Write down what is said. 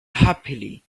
happily